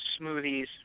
smoothies